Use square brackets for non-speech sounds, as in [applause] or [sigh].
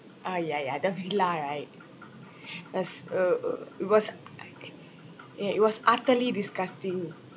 ah ya ya those villa right it was uh uh it was [noise] ya it was utterly disgusting